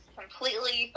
completely